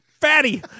fatty